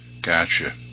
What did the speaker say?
Gotcha